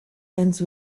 ends